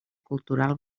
cultural